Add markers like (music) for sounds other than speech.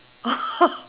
(laughs)